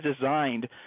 designed –